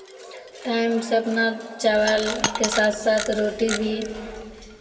टाइमसँ अपना चावलके साथ साथ रोटी भी